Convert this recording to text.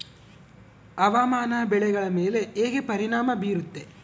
ಹವಾಮಾನ ಬೆಳೆಗಳ ಮೇಲೆ ಹೇಗೆ ಪರಿಣಾಮ ಬೇರುತ್ತೆ?